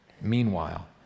Meanwhile